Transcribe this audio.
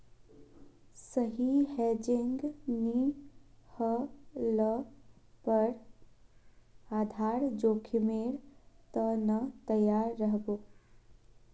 सही हेजिंग नी ह ल पर आधार जोखीमेर त न तैयार रह बो